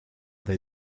they